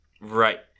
Right